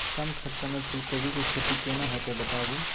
कम खर्चा में फूलकोबी के खेती केना होते बताबू?